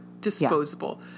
Disposable